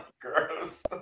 Gross